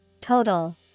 Total